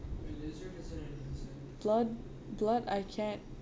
blood blood I can